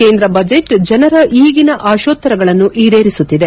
ಕೇಂದ್ರ ಬಜೆಟ್ ಜನರ ಈಗಿನ ಆಶೋತ್ತರಗಳನ್ನು ಈಡೇರಿಸುತ್ತಿದೆ